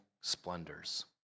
splendors